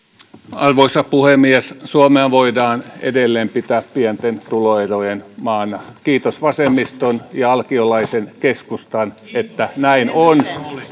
arvoisa puhemies suomea voidaan edelleen pitää pienten tuloerojen maana kiitos vasemmiston ja alkiolaisen keskustan että näin on ja